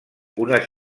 unes